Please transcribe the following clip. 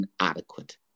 inadequate